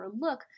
look